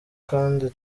kandi